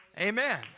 Amen